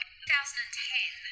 2010